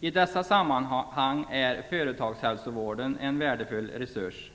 I dessa sammanhang är företagshälsovården en värdefull resurs.